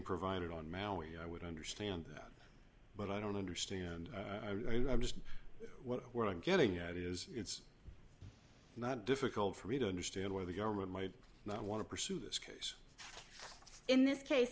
provided on maui i would understand that but i don't understand i'm just what i'm getting at is it's not difficult for me to understand why the government might not want to pursue this case in this case